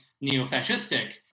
neo-fascistic